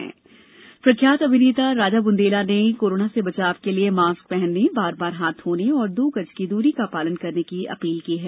जन आंदोलन प्रख्यात अभिनेता राजा बुन्देला ने कोरोना से बचाव के लिए मास्क पहनने बार बार हाथ धोने और दो गज की दूरी का पालन करने की अपील की है